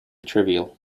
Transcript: trivial